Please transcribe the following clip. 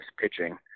pitching